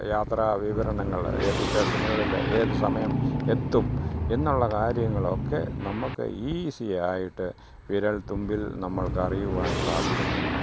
യാത്ര വിവരണങ്ങൾ ഏത് സ്റ്റേഷനുകളിൽ ഏതു സമയം എത്തും എന്നുള്ള കാര്യങ്ങളൊക്കെ നമ്മൾക്ക് ഈസിയായിട്ട് വിരൽത്തുമ്പിൽ നമ്മൾക്കറിയുവാൻ സാധിക്കുന്നുണ്ട്